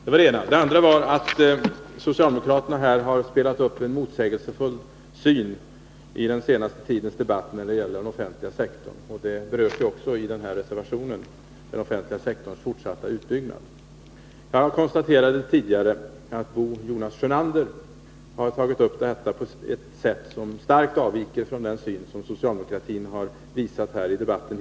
För det andra har socialdemokraterna demonstrerat en motsägelsefull syn i den senaste tidens debatt om den offentliga sektorn. I reservationen här berörs också den offentliga sektorns fortsatta utbyggnad, men jag konstaterade tidigare att Bo Jonas Sjönander har tagit upp detta på ett sätt som starkt avviker från den syn som socialdemokratin hittills har företrätt i debatten.